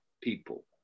people